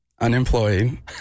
unemployed